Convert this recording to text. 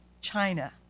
China